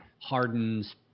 Harden's